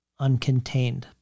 uncontained